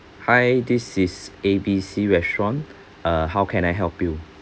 hi this is A B C restaurant uh how can I help you